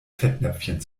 fettnäpfchen